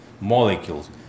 molecules